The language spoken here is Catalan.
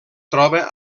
troba